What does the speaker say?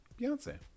Beyonce